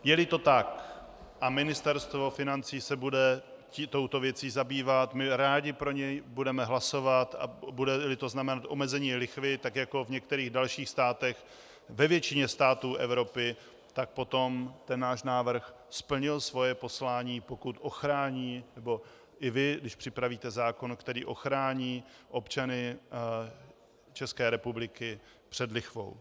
Jeli to tak a Ministerstvo financí se bude chtít touto věcí zabývat, my rádi pro něj budeme hlasovat, a budeli to znamenat omezení lichvy tak jako v některých dalších státech, ve většině států Evropy, tak potom ten náš návrh splnil svoje poslání, pokud ochrání, nebo i vy, když připravíte zákon, který ochrání občany České republiky před lichvou.